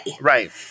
Right